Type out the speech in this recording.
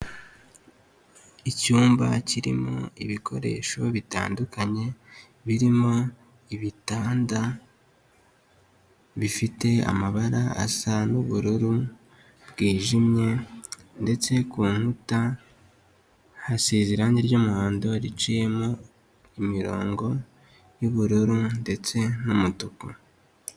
Icyumba kirimo ibikoresho bitandukanye birimo ibitanda bifite amabara asa n'ubururu bwijimye ndetse ku nkuta hasize irange ry'umuhondo riciyemo imirongo y'ubururu ndetse n'umutuku.